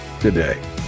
today